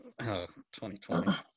2020